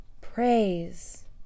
Praise